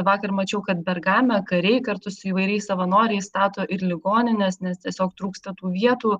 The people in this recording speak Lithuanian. vakar mačiau kad bergame kariai kartu su įvairiais savanoriai stato ir ligonines nes tiesiog trūksta tų vietų